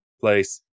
place